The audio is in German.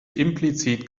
implizit